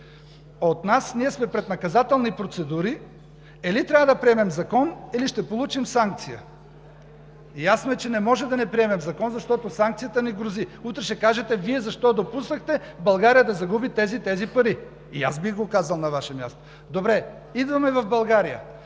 Колеги, ние сме пред наказателни процедури – или трябва да приемем закон, или ще получим санкция! Ясно е, че не може да не приемем закон, защото санкцията ни грози! Утре ще кажете: Вие защо допуснахте България да загуби тези и тези пари? И аз бих го казал на Ваше място. Добре, идваме в България.